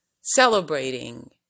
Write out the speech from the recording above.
celebrating